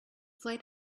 flight